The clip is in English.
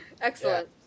Excellent